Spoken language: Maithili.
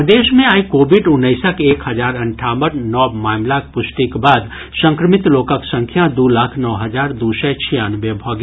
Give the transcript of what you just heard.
प्रदेश मे आइ कोविड उन्नैसक एक हजार अंठावन नव मामिलाक पुष्टिक बाद संक्रमित लोकक संख्या दू लाख नओ हजार दू सय छियानवे भऽ गेल